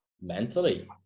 mentally